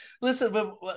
Listen